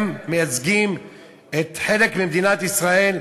הם מייצגים חלק ממדינת ישראל,